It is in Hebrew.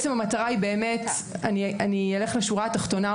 השורה התחתונה,